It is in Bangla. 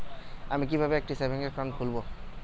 আমি কিভাবে একটি সেভিংস অ্যাকাউন্ট খুলব?